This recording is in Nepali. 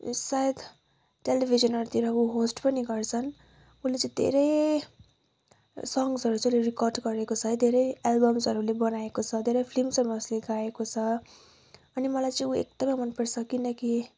सायद टेलिभिजनहरूतिर ऊ होस्ट पनि गर्छन् उसले चाहिँ धेरै सङ्सहरू चाहिँ उसले रेकर्ड गरेको छ है धेरै एल्बमहरू उसले बनाएको छ धेरै फिल्महरूमा उसले गाएको छ अनि मलाई चाहिँ ऊ एकदमै मनपर्छ किनकि